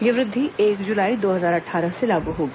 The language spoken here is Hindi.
यह वृद्धि एक जुलाई दो हजार अट्ठारह से लागू होगी